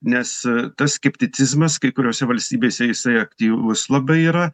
nes tas skepticizmas kai kuriose valstybėse jisai aktyvus labai yra